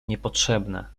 niepotrzebne